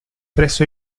presso